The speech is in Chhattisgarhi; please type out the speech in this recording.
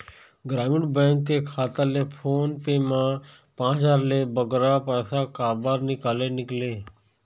ग्रामीण बैंक के खाता ले फोन पे मा पांच हजार ले बगरा पैसा काबर निकाले निकले?